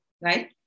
right